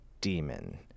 demon